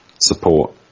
support